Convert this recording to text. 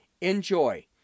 Enjoy